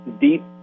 deep